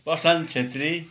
प्रशान्त क्षेत्री